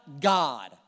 God